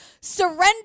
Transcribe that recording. surrender